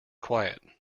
quiet